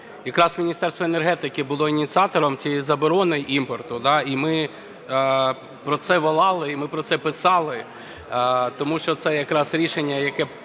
Якраз Міністерство енергетики було ініціатором цієї заборони імпорту, і ми про це волали, і ми про це писали, тому що це якраз рішення, яке